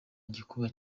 gikuba